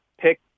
pick